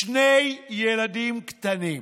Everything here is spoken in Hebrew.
שני ילדים קטנים,